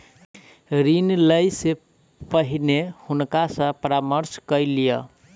ऋण लै से पहिने हुनका सॅ परामर्श कय लिअ